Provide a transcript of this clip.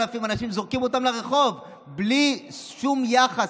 8,000 אנשים, זורקים אותם לרחוב, בלי שום יחס.